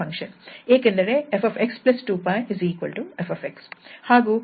ಏಕೆಂದರೆ 𝑓𝑥 2𝜋 𝑓𝑥